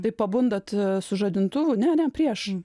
tai pabundat su žadintuvu ne ne prieš